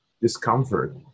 discomfort